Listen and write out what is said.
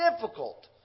difficult